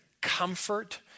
comfort